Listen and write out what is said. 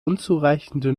unzureichende